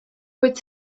kuid